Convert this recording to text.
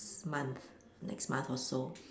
month next month or so